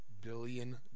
billion